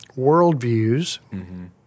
worldviews